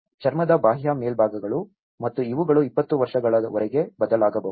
ಚರ್ಮದ ಬಾಹ್ಯ ಮೇಲ್ಮೈಗಳು ಮತ್ತು ಇವುಗಳು 20 ವರ್ಷಗಳವರೆಗೆ ಬದಲಾಗಬಹುದು